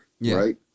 right